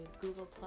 Google+